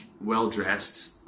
well-dressed